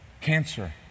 cancer